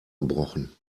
gebrochen